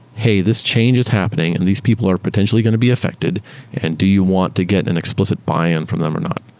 hey, this change is happening and these people are potentially going to be affected and do you want to get an explicit buy-in from them or not?